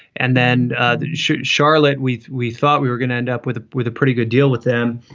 and then charlotte, we we thought we were going to end up with with a pretty good deal with them.